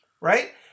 right